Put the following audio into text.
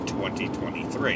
2023